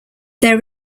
their